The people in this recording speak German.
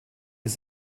ist